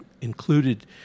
included